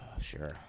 Sure